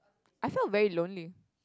I feel very lonely